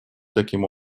таким